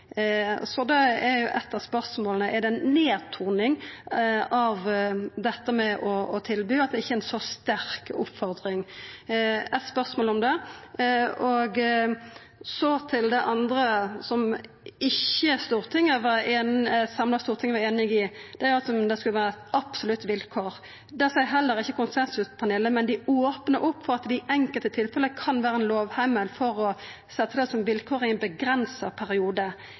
nedtoning, dette med å tilby, at det ikkje er ei så sterk oppmoding? Det var eit spørsmål om det. Så til det andre, som ikkje eit samla storting var einige i, om det skulle vera eit absolutt vilkår. Det seier heller ikkje konsensuspanelet, men dei opnar opp for at det i enkelte tilfelle kan vera ein lovheimel for å setja det som vilkår i ein avgrensa periode.